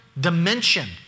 dimension